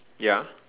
ya